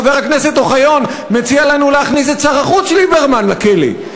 חבר הכנסת אוחיון מציע לנו להכניס את שר החוץ ליברמן לכלא.